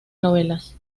novelas